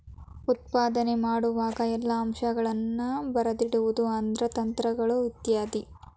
ಉತ್ಪಾದನೆ ಮಾಡುವಾಗ ಎಲ್ಲಾ ಅಂಶಗಳನ್ನ ಬರದಿಡುದು ಅಂದ್ರ ಯಂತ್ರಗಳು ಇತ್ಯಾದಿ